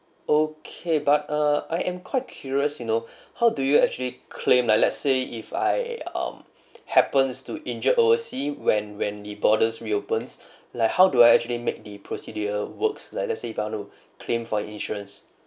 okay but err I am quite curious you know how do you actually claim like let's say if I um happens to injure oversea when when the borders reopens like how do I actually make the procedure works like let's say if I want to claim for insurance